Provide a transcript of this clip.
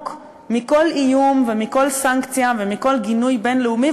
מכל איום ומכל סנקציה ומכל גינוי בין-לאומי,